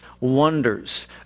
wonders